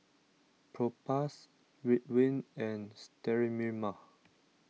Propass Ridwind and Sterimar